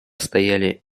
стояли